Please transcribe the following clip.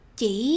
Chỉ